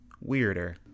weirder